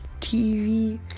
TV